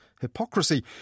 hypocrisy